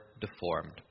deformed